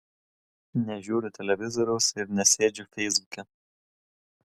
nežiūriu televizoriaus ir nesėdžiu feisbuke